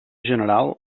general